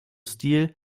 stil